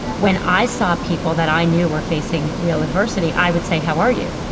when i saw people that i knew were facing real adversity, i would say, how are you?